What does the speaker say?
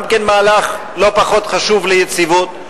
גם כן מהלך לא פחות חשוב ליציבות,